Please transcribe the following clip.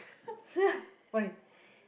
why